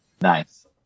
Nice